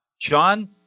John